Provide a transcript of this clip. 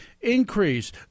increase